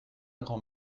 grand